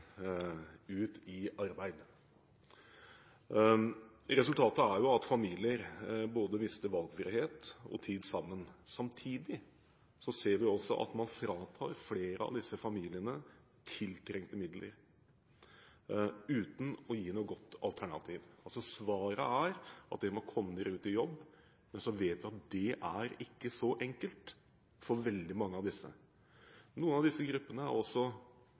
ut i arbeid. Resultatet er at familier både mister valgfrihet og tid sammen. Samtidig ser vi at man fratar flere av disse familiene tiltrengte midler, uten å gi noe godt alternativ. Svaret er altså at de må komme seg ut i jobb, men så vet vi at det ikke er så enkelt for veldig mange av disse. På grunn av dette grepet som SV har vært lokomotivet for, har noen av disse gruppene, også